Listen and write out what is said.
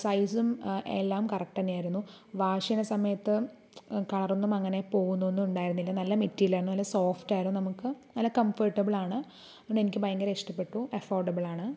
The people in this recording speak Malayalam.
സൈസും എല്ലാം കറക്റ്റ് തന്നെയായിരുന്നു വാഷ് ചെയ്യണ സമയത്തും കളറൊന്നും അങ്ങനെ പോകുന്നൊന്നും ഉണ്ടായിരുന്നില്ല നല്ല മെറ്റീരിയൽ ആയിരുന്നു നല്ല സോഫ്റ്റായിരുന്നു നമുക്ക് നല്ല കംഫോര്ട്ടബിളാണ് അതുകൊണ്ട് എനിക്ക് ഭയങ്കര ഇഷ്ടപ്പെട്ടു അഫോർഡബിളാണ്